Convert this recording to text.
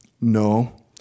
No